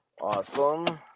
Awesome